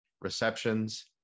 receptions